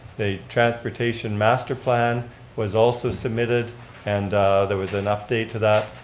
the transportation master plan was also submitted and there was an update to that,